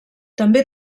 també